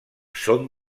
són